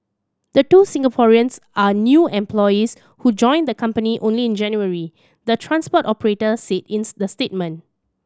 the two Singaporeans are new employees who joined the company only in January the transport operator said in the statement